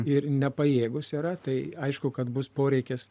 ir nepajėgūs yra tai aišku kad bus poreikis